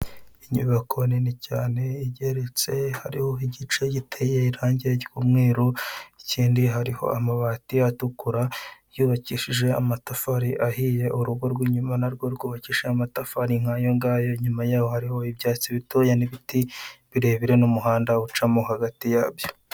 Inyubako nini cyane igeretse hariho igice giteye irange ry'umweru ikindi hariho amabati atukura yubakishishije amatafari ahiye urugo rw'inyuma narwo rwubakishijwe nkayongayo inyuma yaho hariho ibyatsi bitoyo n'ibiti birebire n'umuhanda ucamo hagati yabyo.